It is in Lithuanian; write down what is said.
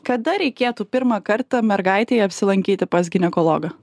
kada reikėtų pirmą kartą mergaitei apsilankyti pas ginekologą